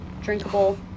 drinkable